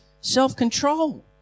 self-control